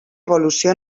evolució